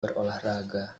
berolahraga